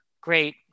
great